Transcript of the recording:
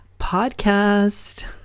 podcast